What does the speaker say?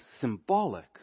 symbolic